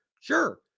Sure